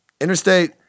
Interstate